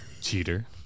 cheater